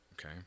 Okay